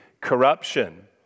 corruption